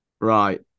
Right